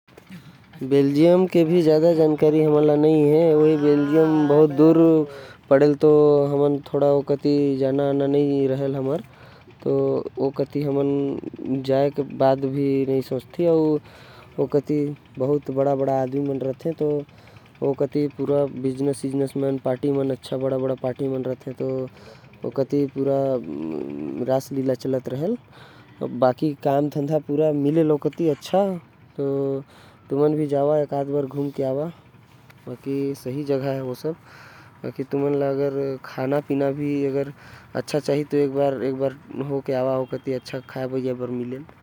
बेल्जियम के बारे म मोके कुछ पता नही हवे। न मोके वहा कही जाना हवे। वहा भी पैसा वाला पार्टी रहथे। जेमन के व्यापार चलेल। अउ रासलीला भी चलेल। जावा एकाद बार घुम के आवा। तब तोके अच्छा लागहि।